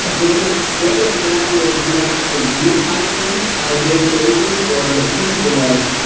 whether whether that is you actually use hydrogen on a daily basis, or the principle of.